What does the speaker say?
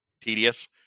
tedious